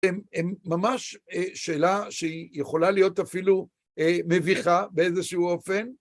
הם ממש, שאלה שהיא יכולה להיות אפילו מביכה באיזשהו אופן.